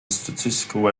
statistical